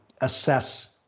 assess